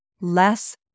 less